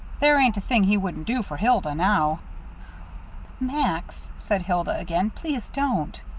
there ain't a thing he wouldn't do for hilda now max, said hilda again, please don't.